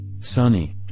sunny